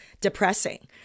Depressing